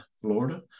Florida